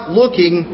looking